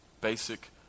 basic